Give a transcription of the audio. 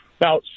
Now